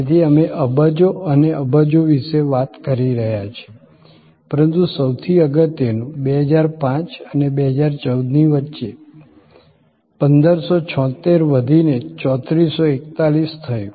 તેથી અમે અબજો અને અબજો વિશે વાત કરી રહ્યા છીએ પરંતુ સૌથી અગત્યનું 2005 અને 2014 ની વચ્ચે 1576 વધીને 3441 થયું